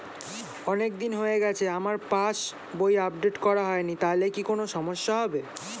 অনেকদিন হয়ে গেছে আমার পাস বই আপডেট করা হয়নি তাহলে কি কোন সমস্যা হবে?